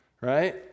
right